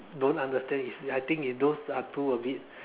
don't understand is I think those are too a bit